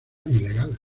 ilegal